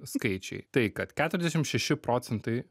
skaičiai tai kad keturiasdešim šeši procentai